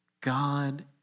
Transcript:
God